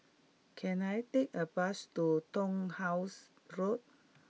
can I take a bus to Turnhouse Road